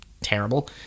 terrible